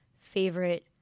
favorite